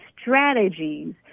strategies